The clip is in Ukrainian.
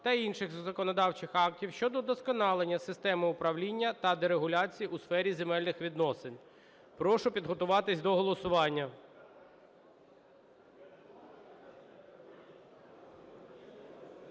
та інших законодавчих актів щодо удосконалення системи управління та дерегуляції у сфері земельних відносин. Прошу підготуватися до голосування.